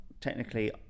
technically